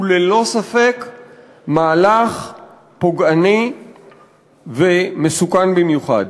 הוא ללא ספק מהלך פוגעני ומסוכן במיוחד.